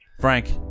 Frank